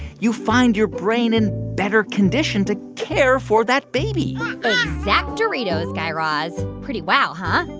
you find your brain in better condition to care for that baby exactoritos, guy raz. pretty wow, huh?